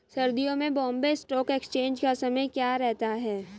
सर्दियों में Bombay stock exchange का समय क्या रहता है?